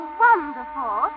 wonderful